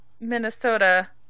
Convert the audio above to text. Minnesota